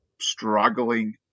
struggling